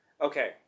okay